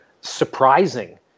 surprising